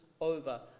over